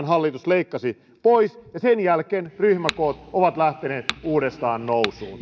hallitus leikkasi pois ja sen jälkeen ryhmäkoot ovat lähteneet uudestaan nousuun